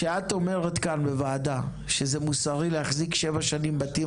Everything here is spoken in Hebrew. כשאת אומרת כאן בוועדה שזה מוסרי להחזיק שבע שנים בתים